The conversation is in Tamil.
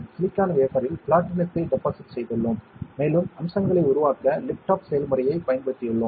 சிலிக்கான் வேஃபரில் பிளாட்டினத்தை டெபாசிட் செய்துள்ளோம் மேலும் அம்சங்களை உருவாக்க லிஃப்ட் ஆஃப் செயல்முறையைப் பயன்படுத்தியுள்ளோம்